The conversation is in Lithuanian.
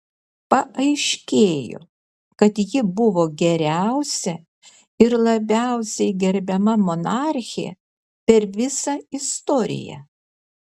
paaiškėjo kad ji buvo geriausia ir labiausiai gerbiama monarchė per visą istoriją